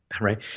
right